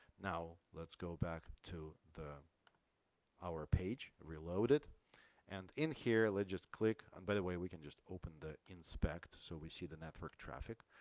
now let's go back to the our page reload it and in here let's just click. and by the way, we can just open the inspect so we see the network traffic.